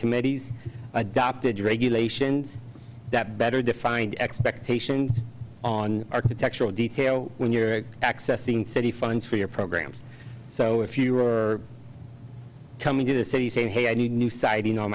committees adopted regulations that better defined expectations on architectural detail when you're accessing city funds for your programs so if you are coming to the city saying hey i need new siding on